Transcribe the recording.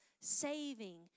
saving